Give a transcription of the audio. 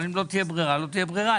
אבל אם לא תהיה ברירה לא תהיה ברירה.